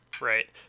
right